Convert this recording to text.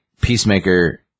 Peacemaker